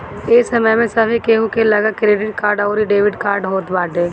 ए समय में सभे केहू के लगे क्रेडिट कार्ड अउरी डेबिट कार्ड होत बाटे